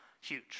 huge